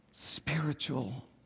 spiritual